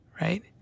right